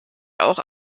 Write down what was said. auch